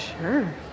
Sure